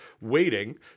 waiting